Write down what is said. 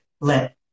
let